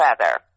feather